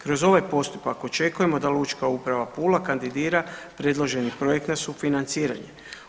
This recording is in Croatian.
Kroz taj postupak očekujemo da će Lučka uprava Pula kandidirati predloženi projekt na sufinanciranje.